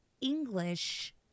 English